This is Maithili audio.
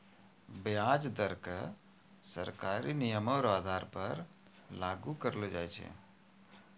व्याज दर क सरकारी नियमो र आधार पर लागू करलो जाय छै